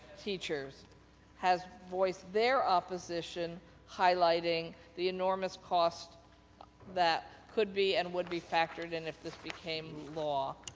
teachers has voiced their opposition highlighting the enormous cost that could be and would be factored in if this became law.